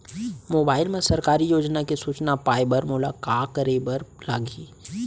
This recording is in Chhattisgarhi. मोबाइल मा सरकारी योजना के सूचना पाए बर मोला का करे बर लागही